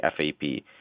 FAP